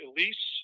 Elise